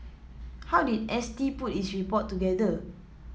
how did S T put its report together